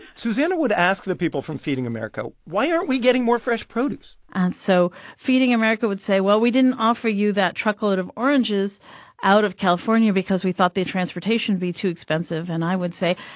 susannah would ask the people from feeding america, why aren't we getting more fresh produce? and so feeding america would say, well, we didn't offer you that truckload of oranges out of california because we thought the transportation would be too expensive. and i would say,